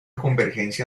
convergencia